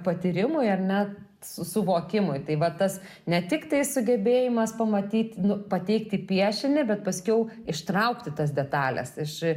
patyrimui ar net su suvokimui tai va tas ne tik tai sugebėjimas pamatyt nu pateikti piešinį bet paskiau ištraukti tas detales iš